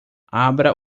abra